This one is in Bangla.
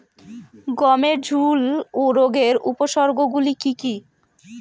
গমের ঝুল রোগের উপসর্গগুলি কী কী?